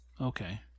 Okay